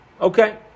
Okay